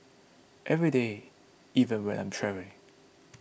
every day even when I'm travelling